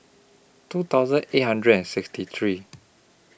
two thousand eight hundred and sixty three